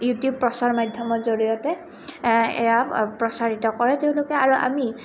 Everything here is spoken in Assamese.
ইউটিউব প্ৰচাৰ মাধ্যমৰ জৰিয়তে এয়া প্ৰচাৰিত কৰে তেওঁলোকে আৰু আমি